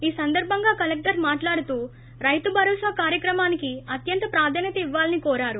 ఈ సందర్బంగా కలెక్టర్ మాట్లాడుతూ రైతు భరోసా కార్యక్రమానికి అత్యంత ప్రాధాన్యత ఇవ్వాలని కోరారు